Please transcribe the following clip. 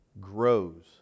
grows